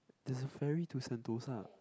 there's a ferry to sentosa